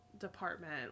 department